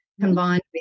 combined